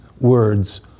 words